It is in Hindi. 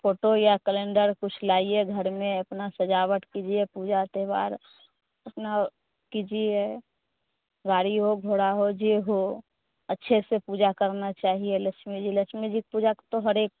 फोटो या कलेंडर कुछ लाइये घर में अपना सजावट कीजिए पूजा त्योहार अपना कीजिए गाड़ी हो घोड़ा हो जो हो अच्छे से पूजा करना चाहिए लक्ष्मी जी लक्ष्मी जी पूजा का तो हर एक